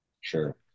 Sure